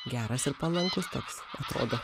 geras ir palankus toks atrodo